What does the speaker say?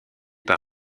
par